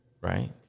right